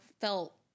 felt